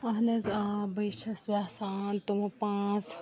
اہن حظ آ بہٕ چھَس یَژھان تِم پانٛژھ